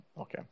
okay